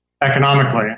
economically